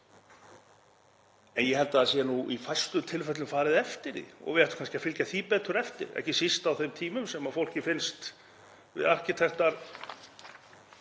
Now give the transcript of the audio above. En ég held að það sé nú í fæstum tilfellum farið eftir því og við ættum kannski að fylgja því betur eftir, ekki síst á þeim tímum sem fólki finnst við arkitektar